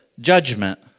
judgment